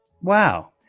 wow